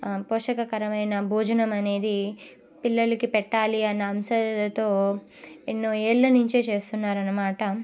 పోషణకరమైన భోజనం అనేది పిల్లలకి పెట్టాలి అన్న అంశాలతో ఎన్నో ఏళ్ళ నుంచే చేస్తున్నారు అన్నమాట